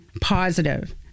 positive